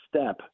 step